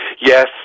Yes